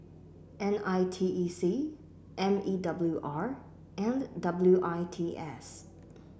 N I T E C M E W R and W I T S